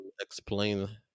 explain